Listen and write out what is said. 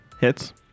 hits